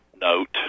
note